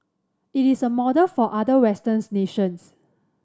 it is a model for other westerns nations